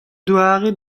doare